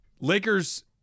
Lakers